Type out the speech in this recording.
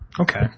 Okay